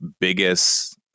biggest